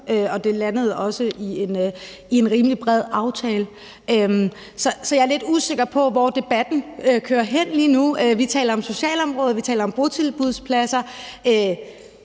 de landede også i en rimelig bred aftale. Så jeg er lidt usikker på, hvor debatten kører hen lige nu. Vi taler om socialområdet, vi taler om botilbudspladser.